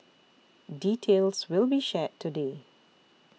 details will be shared today